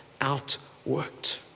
outworked